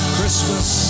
Christmas